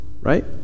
Right